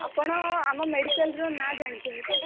ଆପଣ ଆମ ମେଡିକାଲ୍ର ନାଁ ଜାଣିଛନ୍ତି ତ